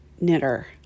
knitter